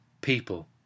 people